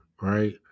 right